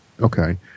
okay